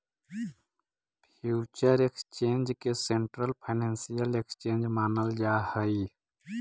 future exchange के central financial exchange मानल जा हइ